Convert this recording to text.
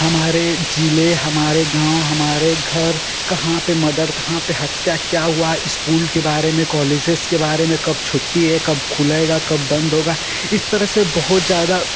हमारे जिले हमारे गाँव हमारे घर कहाँ पर मर्डर कहाँ पर हत्या क्या हुआ स्कूल के बारे में कॉलेज़ेज़ के बारे में कब छुट्टी है कब खुलेगा कब बन्द होगा इस तरह से बहुत ज़्यादा